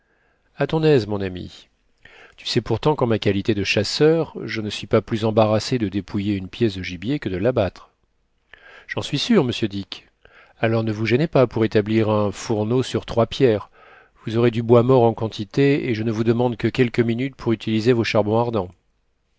a ton aise mon ami tu sais pourtant qu'en ma qualité de chasseur je ne suis pas plus embarrassé de dépouiller une pièce de gibier que de l'abattre j'en suis sûr monsieur dick alors ne vous gênez pas pour établir un fourneau sur trois pierres vous aurez du bois mort en quantité et je ne vous demande que quelques minutes pour utiliser vos charbons ardents